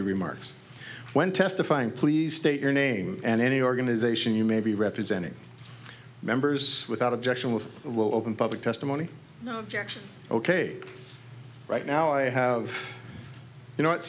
your remarks when testifying please state your name and any organization you may be representing members without objection which will open public testimony ok right now i have you know that